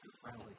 friendly